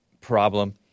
problem